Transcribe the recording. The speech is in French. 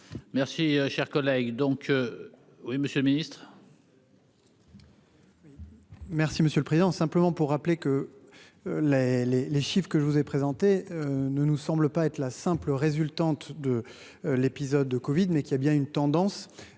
Merci, cher collègue, donc oui, Monsieur le Ministre. Merci Monsieur le Président, simplement pour rappeler que les les les chiffre que je vous ai présenté ne nous semble pas être la simple résultante de l'épisode de Covid mais qu'il y a bien une tendance,